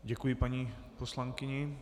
Děkuji paní poslankyni.